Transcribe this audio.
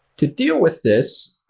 to deal with this,